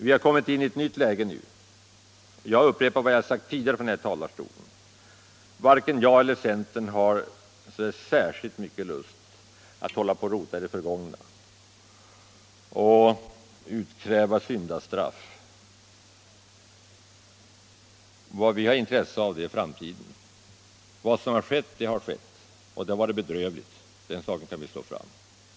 Vi har kommit in i ett nytt läge nu, och jag upprepar vad jag har sagt tidigare från denna talarstol: Varken jag eller centern har särskilt mycken lust att hålla på och rota i det förgångna och utkräva syndastraff. Vad vi har intresse av är framtiden. Vad som har skett, det har skett, och det har varit bedrövligt, den saken kan vi slå fast.